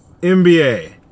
NBA